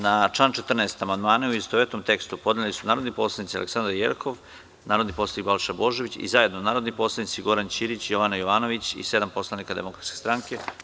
Na član 14. amandmane, u istovetnom tekstu, zajedno su podneli narodni poslanici mr Aleksandra Jerkov, Balša Božović i zajedno narodni poslanici Goran Ćirić, Jovana Jovanović i sedam poslanika Demokratske stranke.